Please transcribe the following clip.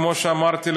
כמו שאמרתי,